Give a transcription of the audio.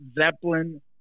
Zeppelin